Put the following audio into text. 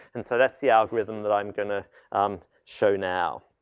and so that's the algorithm that i'm going to um show now.